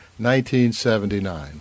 1979